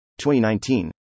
2019